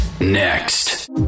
next